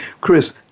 Chris